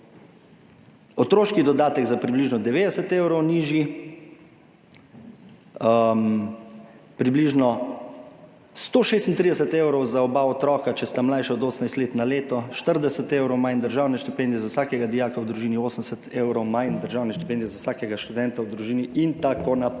Otroški dodatek bo nižji za približno 90 evrov, približno 136 evrov za oba otroka, če sta mlajša od 18 let na leto, 40 evrov manj državne štipendije za vsakega dijaka v družini, 80 evrov manj državne štipendije za vsakega študenta v družini in tako naprej.